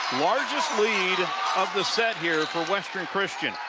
largest lead of the set here for western christian.